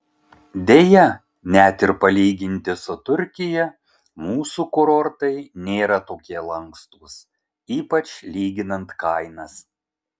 deja net ir palyginti su turkija mūsų kurortai nėra tokie lankstūs ypač lyginant kainas